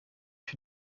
für